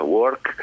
work